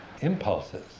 impulses